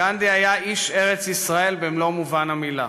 גנדי היה איש ארץ-ישראל במלוא מובן המילה,